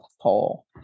poll